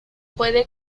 puede